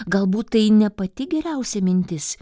galbūt tai ne pati geriausia mintis